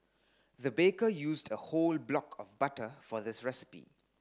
the baker used a whole block of butter for this recipe